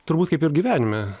turbūt kaip ir gyvenime